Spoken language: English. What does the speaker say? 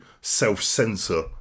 self-censor